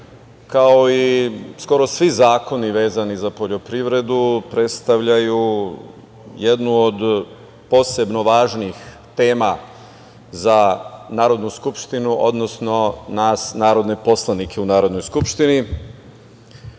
kao i skoro svi zakoni vezani za poljoprivredu predstavljaju jednu od posebno važnih tema za Narodnu skupštinu, odnosno nas narodne poslanike u Narodnoj skupštini.